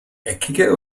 eckige